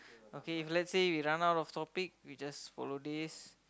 okay if let's say we run out of topic we just follow this